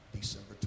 December